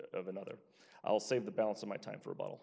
of another i'll save the balance of my time for a bottle